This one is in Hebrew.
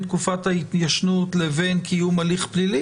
תקופת ההתיישנות לבין קיום הליך פלילי,